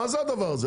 מה זה הדבר הזה?